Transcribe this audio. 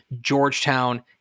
Georgetown